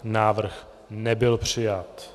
Návrh nebyl přijat.